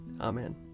Amen